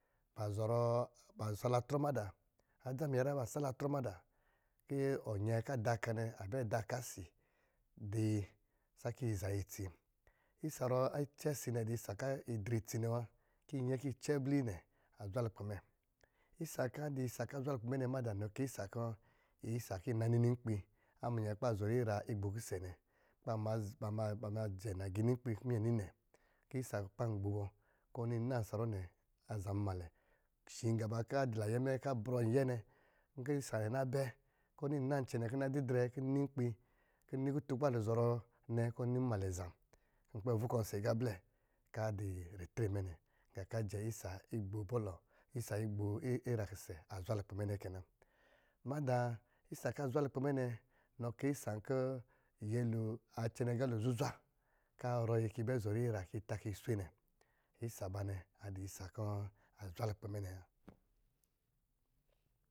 Ba zɔrɔɔ ba salaatrɔ madá adzaminyinyrɔ ba salaatra madá, kɔ̄ ɔnyɛ kɔ̄ a da ɔka nɛ a bɛ da ɔka si dɔ yi sakɔ yi zayi itsi, isaruwɔ̄ icɛ̄ si nɛ a dɔ̄ isa ruwɔ̄ kó yi drɛ itsi nɛ wa, kɔ̄ yi kɔ̄ cɛ ablɛ yi nɛ azwa lukpɛ mɛ, isa kɔ̄ a dɔ̄ isa kɔ̄ a zwa lukpɛ mɛ madá, inɔ kɛ isa kɔ̄-isa kɔ̄ yin nanininkpi a minyɛn kɔ̄ ba lɔrɔ ira igbo kisɛ́ nɛ kɔ̄ ba zi ba ma ba ma jɛ nagiinin kpi kɔ̄ minyɛ ni nɛ. Kɔ̄ isa kɔ̄ ban gbo bɔ kɔ̄ ɔni nnan saruwɔ̄ nɛ azamnmalɛ. Shi agiiba kɔ̄ adɔ̄ nayɛ mɛ, kɔ̄ abrɔm ayɛ nkɔ̄ isa nɛ nabɛ, kɔ̄ ɔni nan cɛnɛ kɔ̄ nnadidrɛ kɔ̄ n ninkpi kɔ̄ n ni kutun kɔ̄ ba zɔrɔ nɛ kɔ̄ ɔni mnmale a zam, ku n kpɛ rukɔ ɔsɔ̄ agá blɛ kɔ̄ a dɔ̄ ritre mɛ nɛ, gá ka ajɛ isa igbo bɔlɔ, isa igbo ira kisɛ̄ a zwa lukpɛ mɛ nɛ kɛ na. Madá isa kɔ̄ azwa lukoɛ mɛ nɛ inɔ kɛ isa kɔ̄ nyolo a cɛnɛ agalo zuzwa kɔ̄ a rɔ yi kɔ̄ yi bɛ zɔrɔ ira kɔ̄ yi tá kɔ̄ yi swe nɛ. Isa abanɛ adɔ̄ isa kɔ̄ azwa lukpɛ nɛ wa.